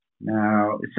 Now